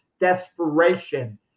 desperation